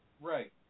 Right